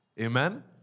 Amen